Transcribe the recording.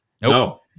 no